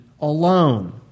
alone